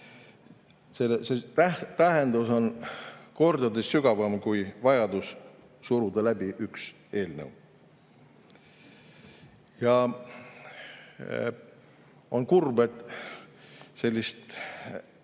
see tähendus on kordades sügavam kui vajadus suruda läbi üks eelnõu. On kurb, et